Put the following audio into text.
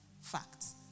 facts